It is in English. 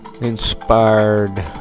inspired